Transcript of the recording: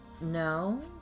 No